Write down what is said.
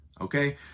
okay